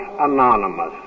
Anonymous